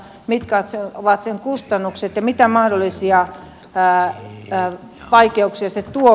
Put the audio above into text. mahdollinen mitkä ovat sen kustannukset ja mitä mahdollisia vaikeuksia se tuo